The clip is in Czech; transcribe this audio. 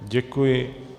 Děkuji.